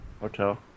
hotel